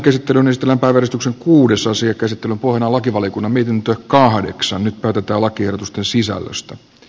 käsittelyn pohjana on lakivaliokunnan mietintö kahdeksan karttalakiehdotusten sisällöstä